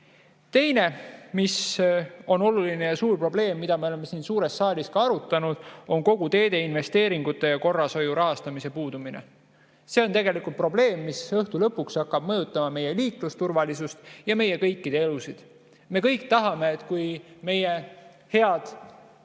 Teine oluline ja suur probleem, mida me oleme siin suures saalis ka arutanud, on kogu teede investeeringute ja korrashoiu rahastamise puudumine. See on tegelikult probleem, mis õhtu lõpuks hakkab mõjutama meie liiklusturvalisust ja meie kõikide elusid. Me kõik tahame, et kui meie head